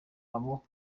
abo